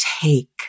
take